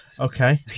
Okay